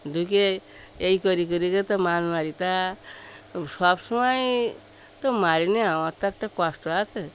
ঢুকে এই করে করে তো মাছ মারি তা সব সময় তো মারি না আমার তো একটা কষ্ট আছে